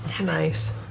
nice